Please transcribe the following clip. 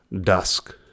Dusk